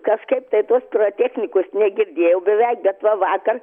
kaškaip tai tos pirotechnikos negirdėjau beveik bet va vakar